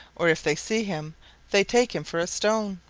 or if they see him they take him for a stone.